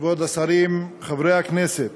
כבוד השרים, חברי הכנסת,